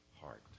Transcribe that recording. heart